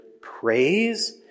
praise